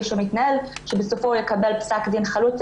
שמתנהל שבסופו הוא יקבל פסק דין חלוט,